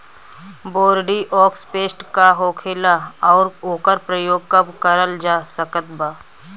Bordeaux paste का होखेला और ओकर प्रयोग कब करल जा सकत बा?